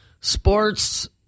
sports